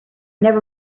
never